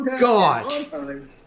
God